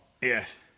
Yes